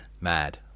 mad